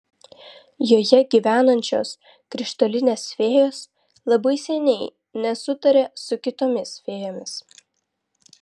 joje gyvenančios krištolinės fėjos labai seniai nesutaria su kitomis fėjomis